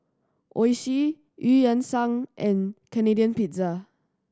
Oishi Eu Yan Sang and Canadian Pizza